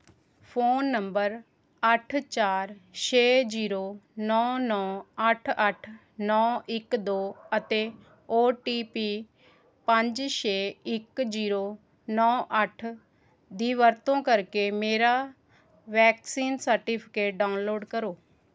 phone number ਅੱਠ ਚਾਰ ਛੇ ਜ਼ੀਰੋ ਨੌਂ ਨੌਂ ਅੱਠ ਅੱਠ ਨੌਂ ਇੱਕ ਦੋ ਅਤੇ ਓ ਟੀ ਪੀ ਪੰਜ ਛੇ ਇੱਕ ਜ਼ੀਰੋ ਨੌਂ ਅੱਠ ਦੀ ਵਰਤੋਂ ਕਰਕੇ ਮੇਰਾ ਵੈਕਸੀਨ ਸਰਟੀਫਿਕੇਟ ਡਾਊਨਲੋਡ ਕਰੋ